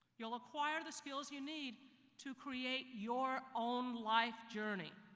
you will acquire the skills you need to create your own life journey.